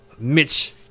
Mitch